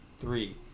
Three